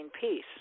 peace